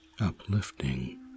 uplifting